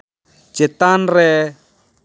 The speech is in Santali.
ᱪᱮᱛᱟᱱ ᱨᱮ